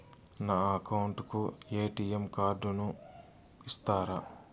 నా అకౌంట్ కు ఎ.టి.ఎం కార్డును ఇస్తారా